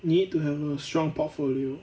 you need to have a strong portfolio